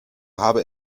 habe